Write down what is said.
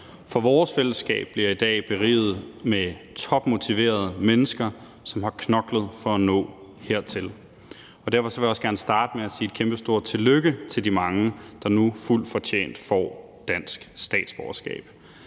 for vores fællesskab bliver i dag beriget med topmotiverede mennesker, som har knoklet for at nå hertil. Derfor vil jeg også gerne starte med at sige et kæmpestort tillykke til de mange, der nu fuldt fortjent får dansk statsborgerskab.